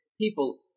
people